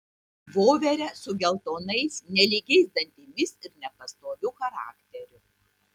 voverę su geltonais nelygiais dantimis ir nepastoviu charakteriu